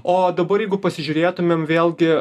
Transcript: o dabar jeigu pasižiūrėtumėm vėlgi